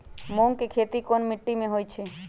मूँग के खेती कौन मीटी मे होईछ?